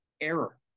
error